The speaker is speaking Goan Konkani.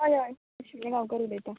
हय हय आशविनी गांवकर उलयतां